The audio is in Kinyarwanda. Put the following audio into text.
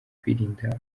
kwirinda